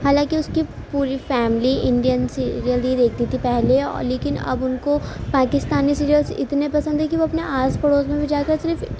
حالانکہ اس کی پوری فیملی انڈین سیریل ہی دیکھتی تھی پہلے لیکن ان کو پاکستانی سیریلس اتنے پسند ہے کہ وہ اپنے آس پڑوس میں بھی جا کر صرف